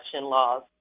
laws